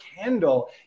candle